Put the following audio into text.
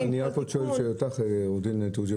אני רק רוצה לשאול אותך, עו"ד תורגמן.